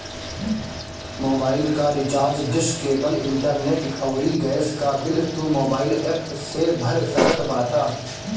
mobile कअ recharge, dish, cable, internet अउरी gas कअ बिल तू मोबाइल एप्प से भर सकत बाटअ